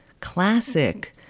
classic